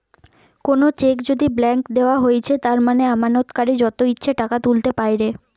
কোনো চেক যদি ব্ল্যাংক দেওয়া হৈছে তার মানে আমানতকারী যত ইচ্ছে টাকা তুলতে পাইরে